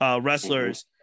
wrestlers